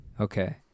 okay